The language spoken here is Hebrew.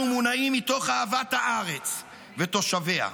אנחנו מונעים מתוך אהבת הארץ ותושביה.